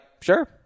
sure